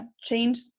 change